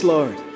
Lord